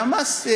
והמס,